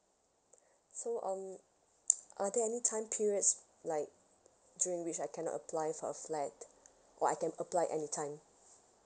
so um are there any time periods like during which I cannot apply for a flat or I can apply anytime